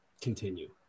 continue